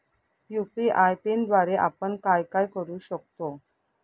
UPI पिनद्वारे आपण काय काय करु शकतो?